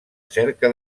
cerca